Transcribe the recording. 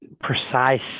precise